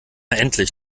endlich